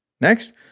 Next